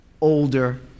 older